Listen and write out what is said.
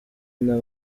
nta